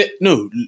No